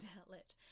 outlet